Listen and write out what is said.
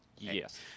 Yes